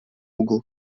угол